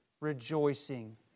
Rejoicing